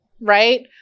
right